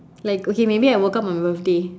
like okay maybe I woke up on my birthday